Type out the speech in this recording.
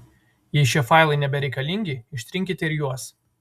jei šie failai nebereikalingi ištrinkite ir juos